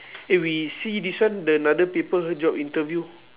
eh we see this one the another paper job interview